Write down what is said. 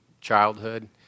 childhood